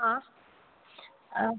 ஆ ஆ